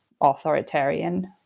authoritarian